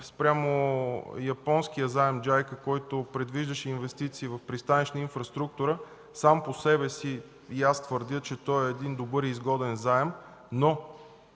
спрямо японския заем „Джайка”, който предвиждаше инвестиции в пристанищна инфраструктура, сам по себе си, и аз твърдя, че той е един добър и изгоден заем, но